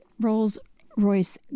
Rolls-Royce